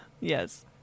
Yes